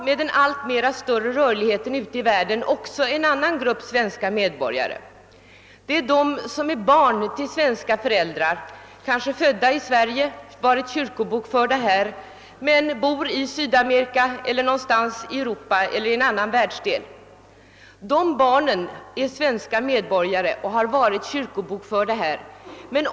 Med en allt större rörlighet ut i världen har vi också en annan grupp svenska medborgare bosatta i annat land, nämligen de som är barn till svenska föräldrar. De är kanske födda i Sverige och har varit kyrkobokförda här men bor någonstans ute i Europa, i Sydamerika eller i någon annan världsdel. Dessa personer är svenska medborgare och har varit kyrkobokförda här.